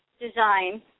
design